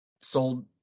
sold